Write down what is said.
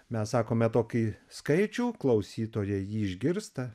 mes sakome tokį skaičių klausytojai jį išgirsta